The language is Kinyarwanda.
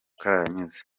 karahanyuze